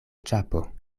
ĉapo